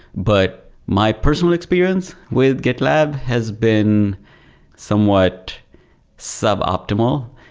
but my personal experience with gitlab has been somewhat suboptimal.